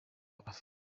afite